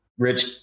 rich